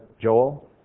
Joel